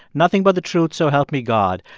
nothing but the truth, so help me god.